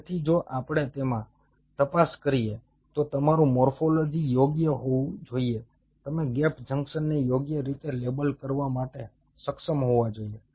તેથી જો આપણે તેમાં તપાસ કરીએ તો તમારે મોર્ફોલોજી યોગ્ય હોવી જોઈએ તમે ગેપ જંકશનને યોગ્ય રીતે લેબલ કરવા માટે સક્ષમ હોવા જોઈએ